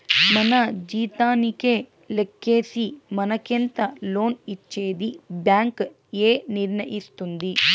మన జీతానికే లెక్కేసి మనకెంత లోన్ ఇచ్చేది బ్యాంక్ ఏ నిర్ణయిస్తుంది